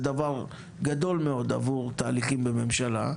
זה דבר גדול מאוד עבור תהליכים בממשלה.